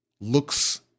looks